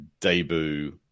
debut